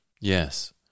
Yes